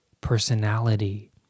Personality